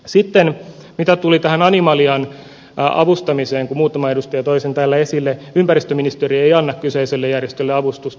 sitten mitä tuli tähän animalian avustamiseen kun muutama edustaja toi sen täällä esille ympäristöministeriö ei anna kyseiselle järjestölle avustusta